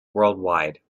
worldwide